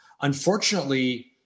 Unfortunately